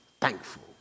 thankful